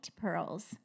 pearls